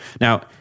Now